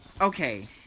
Okay